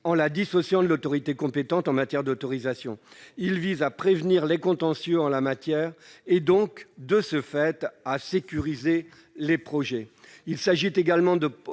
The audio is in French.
en la dissociant de l'autorité compétente en matière d'autorisation. Il vise à prévenir les contentieux en la matière et donc à sécuriser les projets. Il s'agit également de